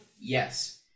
Yes